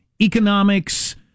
economics